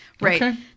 Right